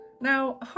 Now